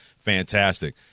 fantastic